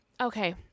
Okay